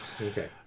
Okay